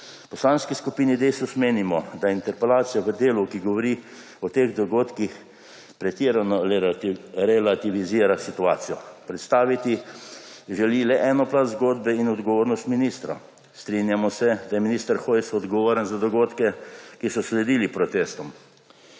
Poslanski skupini Desus menimo, da interpelacija v delu, ki govori o teh dogodkih, pretirano relativizira situacijo. Predstaviti želi le eno plast zgodbe in odgovornost ministra. Strinjamo se, da je minister Hojs odgovoren za dogodke, ki so sledili protestom,